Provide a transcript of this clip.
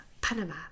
Panama